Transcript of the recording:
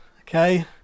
okay